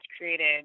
created